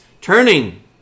turning